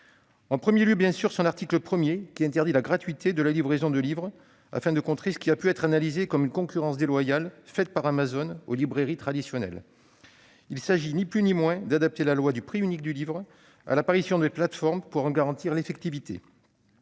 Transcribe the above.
En premier lieu, bien sûr, son article 1 interdit la gratuité de la livraison de livres afin de contrer ce qui a pu être analysé comme une concurrence déloyale faite par Amazon aux librairies traditionnelles. Il s'agit ni plus ni moins d'adapter la loi du prix unique du livre à l'apparition des plateformes pour en garantir l'effectivité.